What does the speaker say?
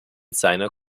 seiner